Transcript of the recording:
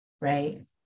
right